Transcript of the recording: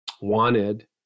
wanted